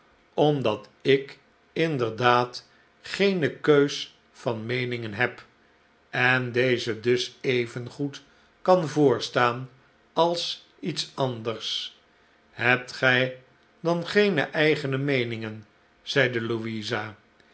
omdat ik inderdaad geene keus van meeningen heb en deze dus even goed kan voorstaan als iets ariders hebt gij dan geene eigene meeningen zeide louisa